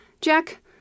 Jack